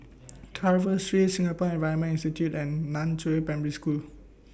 Carver Street Singapore Environment Institute and NAN Chiau Primary School